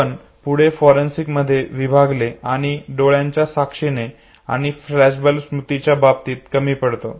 आपण पुढे फॉरेन्सिक मध्ये विभागले आणि डोळ्यांच्या साक्षीने आणि फ्लॅशबल्ब स्मृतीच्या बाबतीत कमी पडतो